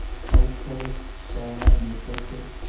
fateful, sad and reflective,